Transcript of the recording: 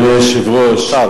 אדוני היושב-ראש,